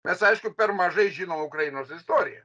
mes aišku per mažai žinom ukrainos istoriją